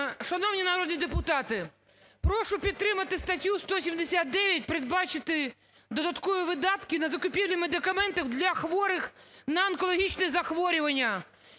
Шановні народні депутати, прошу підтримати статтю 179, передбачити додаткові видатки на закупівлю медикаментів для хворих на онкологічні захворювання.